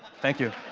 thank you.